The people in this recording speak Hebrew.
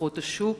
כוחות השוק,